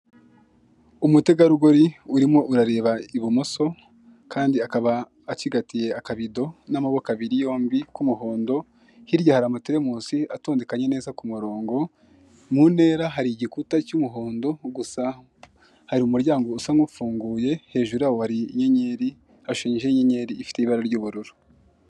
Umutegarugori urimo urareba ibumoso, kandi akaba acigatiye akabido n'amaboko abiri yombi k'umuhondo, hirya hari amateremusi atondekanye neza ku murongo, mu ntera hari igikuta cy'umuhondo gusa hari umuryango usa nkufunguye hejuru yaho hari inyenyeri hashushanyijeho inyenyeri ifite ibara ry'ubururu.